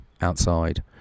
outside